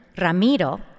Ramiro